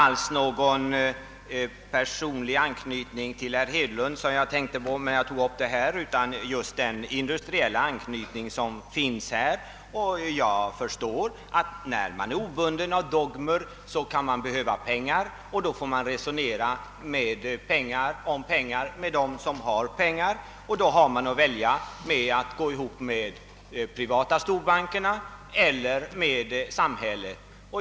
Jag tog emellertid inte upp denna fråga för att polemisera mot herr Hedlund, utan jag gjorde det med anknytning till de industriella problemen. När man är obunden av dogmer, förstår jag att man behöver pengar. Då får man resonera om pengar med dem som har pengar. Och då har man att välja mellan att gå ihop med de privata storbankerna eller med samhället.